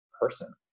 person